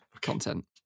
content